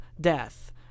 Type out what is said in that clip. death